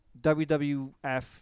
WWF